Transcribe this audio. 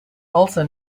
also